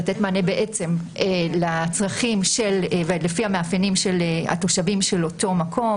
לתת מענה לצרכים ולפי המאפיינים של התושבים של אותו מקום.